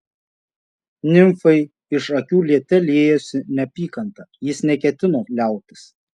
nimfai iš akių liete liejosi neapykanta jis neketino liautis